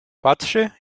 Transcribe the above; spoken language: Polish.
patrzy